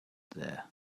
there